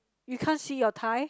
you can't see your thigh